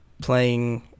playing